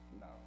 No